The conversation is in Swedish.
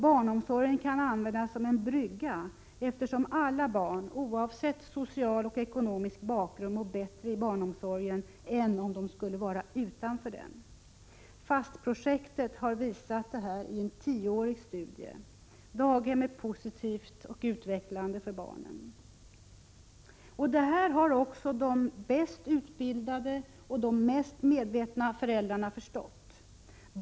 Barnomsorgen kan användas som en brygga, eftersom alla barn oavsett social och ekonomisk bakgrund mår bättre i barnomsorgen än om de skulle vara utanför den. FAST-projektet har visat detta i en tioårig studie. Daghem är positivt och utvecklande för barnen. Detta har också de bäst utbildade och mest medvetna föräldrarna förstått.